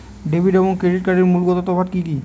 Debit এবং credit কার্ডের মূলগত তফাত কি কী?